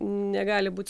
negali būt